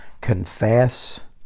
confess